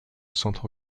centre